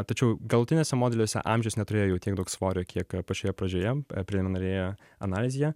tačiau galutiniuose modeliuose amžius neturėjo jau tiek daug svorio kiek pačioje pradžioje preliminarioje analizėje